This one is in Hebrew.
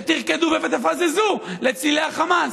שתרקדו ותפזזו לצלילי החמאס.